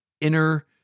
inner